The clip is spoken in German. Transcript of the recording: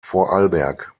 vorarlberg